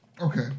Okay